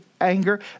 anger